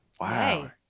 Wow